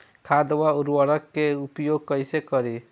खाद व उर्वरक के उपयोग कइसे करी?